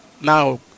now